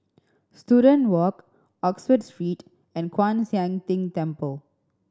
Student Walk Oxford Street and Kwan Siang Tng Temple